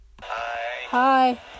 Hi